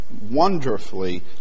wonderfully